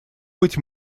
быть